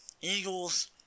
Eagles